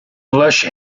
lush